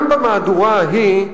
גם במהדורה ההיא,